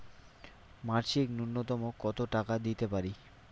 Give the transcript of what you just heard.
মাসিক নূন্যতম কত টাকা দিতে পারি?